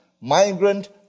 Migrant